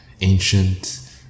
ancient